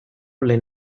lehen